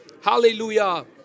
Hallelujah